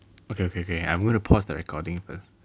okay okay okay I'm going to pause the recording first